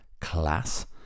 class